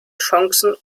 chancen